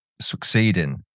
succeeding